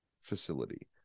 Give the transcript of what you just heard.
facility